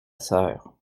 sœur